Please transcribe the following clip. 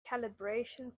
calibration